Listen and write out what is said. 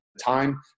time